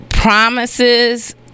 promises